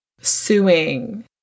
suing